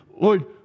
Lord